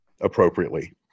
appropriately